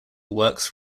works